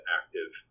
active